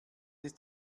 ist